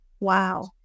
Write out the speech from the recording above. Wow